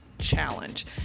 Challenge